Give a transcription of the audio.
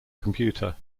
computer